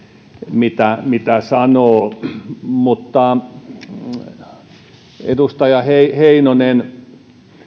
mitä mitä sanoo edustaja heinonen